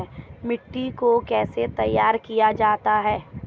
मिट्टी को कैसे तैयार किया जाता है?